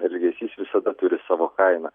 elgesys visada turi savo kainą